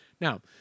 Now